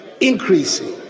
increasing